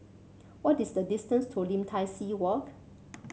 what is the distance to Lim Tai See Walk